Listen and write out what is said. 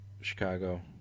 Chicago